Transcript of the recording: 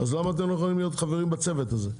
אז למה אתם לא יכולים להיות חברים בצוות הזה?